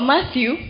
Matthew